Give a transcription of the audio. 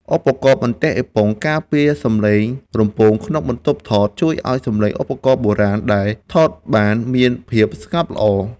ឧបករណ៍បន្ទះអេប៉ុងការពារសំឡេងរំពងក្នុងបន្ទប់ថត ជួយឱ្យសំឡេងឧបករណ៍បុរាណដែលថតបានមានភាពស្ងប់ល្អ។